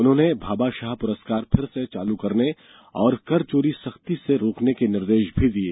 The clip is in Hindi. उन्होंने भाभा शाह पुरस्कार फिर से चालू करने और कर चोरी सख्ती से रोकने के भी निर्देश दिये